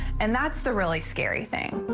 and that's the really scary thing.